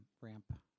Ramp